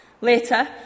Later